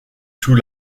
sous